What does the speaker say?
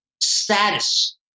status